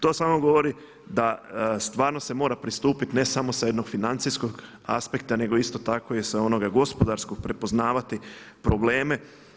To samo govori da stvarno se mora pristupiti ne samo sa jednog financijskog aspekta, nego isto tako i sa onoga gospodarskog prepoznavati probleme.